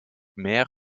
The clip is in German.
mehr